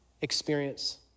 experience